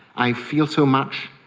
i feel so much,